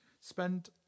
spend